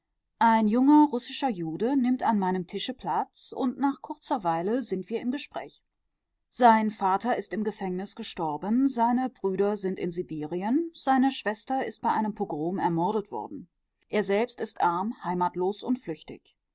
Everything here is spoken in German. ein junger russischer jude nimmt an meinem tische platz und nach kurzer weile sind wir im gespräch sein vater ist im gefängnis gestorben seine brüder sind in sibirien seine schwester ist bei einem pogrom ermordet worden er selbst ist arm heimatlos und flüchtig